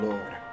Lord